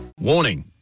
Warning